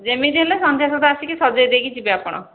ଯେମିତି ହେଲେ ସନ୍ଧ୍ୟା ସୁଦ୍ଧା ଆସିକି ସଜାଇଦେଇକି ଯିବେ ଆପଣ